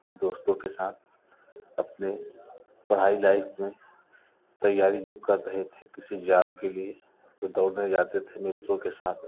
अपने दोस्तों के साथ अपने पढ़ाई लाइफ में तैयारी जब कर रहे थे किसी जाब के लिए तो दौड़ने जाते थे मित्रों के साथ